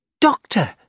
Doctor